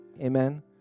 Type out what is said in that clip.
amen